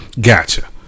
Gotcha